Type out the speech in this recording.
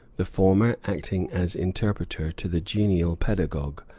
the former acting as interpreter to the genial pedagogue,